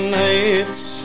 nights